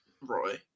Roy